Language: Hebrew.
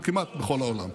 אבל כמעט בכל העולם.